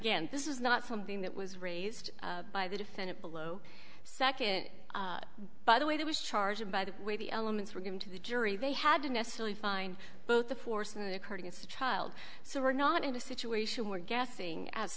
again this is not something that was raised by the defendant below second by the way that was charged by the way the elements were given to the jury they had to necessarily find both the force and according to the child so we're not in a situation we're guessing a